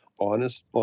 honest